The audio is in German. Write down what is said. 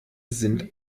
sind